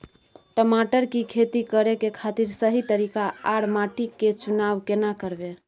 टमाटर की खेती करै के खातिर सही तरीका आर माटी के चुनाव केना करबै?